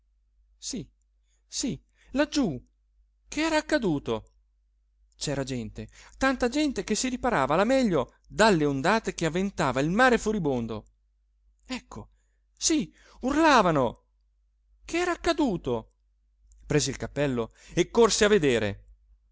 spettacolo sí sí laggiù che era accaduto c'era gente tanta gente che si riparava alla meglio dalle ondate che avventava il mare furibondo ecco sí urlavano che era accaduto prese il cappello e corse a vedere